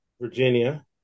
Virginia